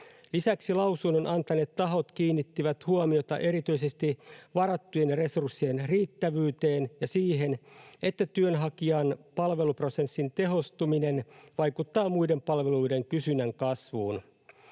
Lisäksi lausunnon antaneet tahot kiinnittivät huomiota erityisesti varattujen resurssien riittävyyteen ja siihen, että työnhakijan palveluprosessin tehostuminen vaikuttaa muiden palveluiden kysynnän kasvuun.